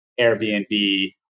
Airbnb